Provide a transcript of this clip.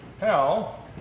hell